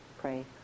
Pray